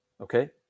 okay